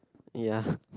ya